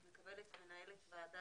את מקבלת מנהלת ועדה,